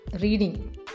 reading